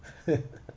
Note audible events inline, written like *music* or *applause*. *laughs*